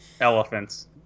Elephants